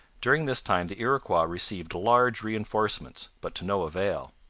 during this time the iroquois received large reinforcements, but to no avail.